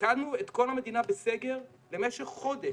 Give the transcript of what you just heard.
תקענו את כל המדינה בסגר למשך חודש.